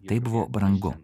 tai buvo brangu